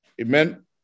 Amen